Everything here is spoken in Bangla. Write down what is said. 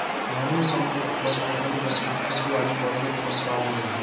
ভার্মিকম্পোস্ট গছ গছালি বা শাকসবজি আদি বর্জ্যক থাকি পাওয়াং যাই